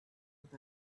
with